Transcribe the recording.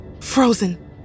frozen